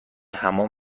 حمام